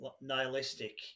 nihilistic